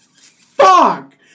fuck